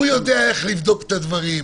הוא יודע איך לבדוק את הדברים.